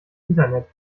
internet